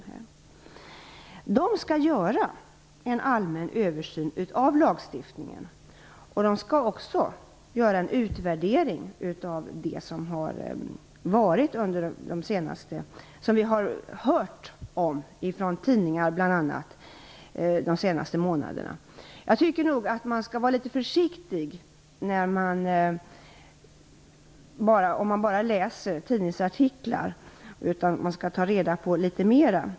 Utredningen skall göra en allmän översyn av lagstiftningen och en utvärdering av det som vi bl.a. har läst om i tidningar under de senaste månaderna. Jag tycker att man skall vara litet försiktig när man läser tidningsartiklar, och man bör ta reda på litet mera.